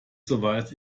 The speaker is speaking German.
soweit